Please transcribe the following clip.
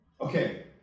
Okay